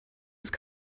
ist